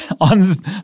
On